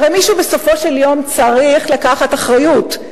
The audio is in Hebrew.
הרי מישהו בסופו של יום צריך לקחת אחריות.